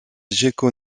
geckos